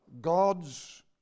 God's